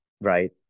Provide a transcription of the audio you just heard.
right